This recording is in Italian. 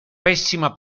pessima